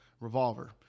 revolver